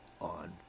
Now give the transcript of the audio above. on